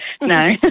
No